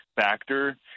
factor